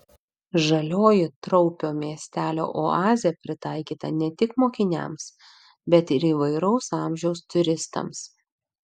žalioji traupio miestelio oazė pritaikyta ne tik mokiniams bet ir įvairaus amžiaus turistams